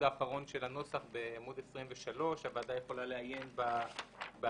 האחרון של הנוסח בעמוד 23. הוועדה יכולה לעיין בתוספת.